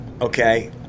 Okay